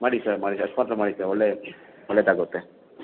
ಮಾಡಿ ಸರ್ ಮಾಡಿ ಸರ್ ಅಷ್ಟು ಮಾತ್ರ ಮಾಡಿ ಸರ್ ಒಳ್ಳೆಯ ಒಳ್ಳೆಯದಾಗುತ್ತೆ